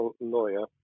lawyer